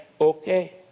Okay